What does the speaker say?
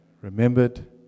remembered